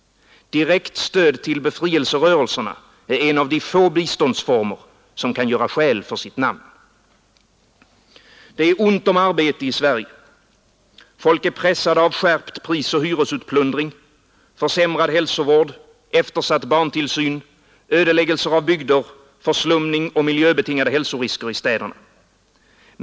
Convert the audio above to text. Direkt stöd till befrielserörelserna är en av de få biståndsformer som gör skäl för sitt namn. Det är ont om arbete i Sverige. Folk är pressade av skärpt prisoch hyresutplundring, försämrad hälsovård, eftersatt barntillsyn, ödeläggelse av bygder, förslumning och miljöbetingade hälsorisker i städerna.